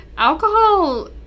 Alcohol